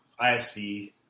ISV